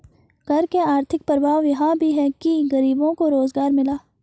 कर के आर्थिक प्रभाव यह भी है कि गरीबों को रोजगार मिला